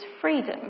freedom